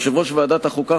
יושב-ראש ועדת החוקה,